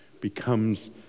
becomes